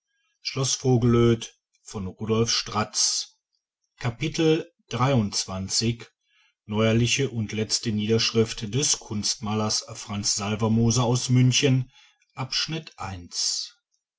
neuerliche und letzte niederschrift des kunstmalers franz salvermoser aus münchen